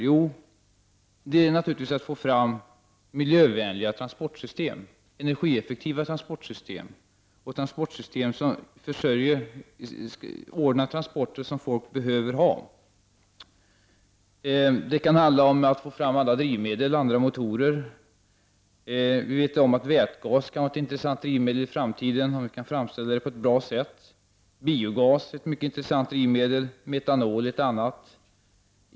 Jo, vi vill naturligtvis att det skall tas fram miljövänliga och energieffektiva transportsystem och transportsystem som innebär transporter som folk behöver. Det kan även handla om forskning för framtagande av nya drivmedel och nya metoder. Vi vet att vätgas kan vara ett intressant drivmedel i framtiden om den är möjlig att framställa på ett bra sätt. Även biogas är ett intressant drivmedel, och metanol är ett annat.